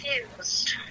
confused